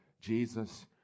Jesus